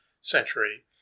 century